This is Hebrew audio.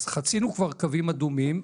אז חצינו כבר קווים אדומים.